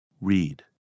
Read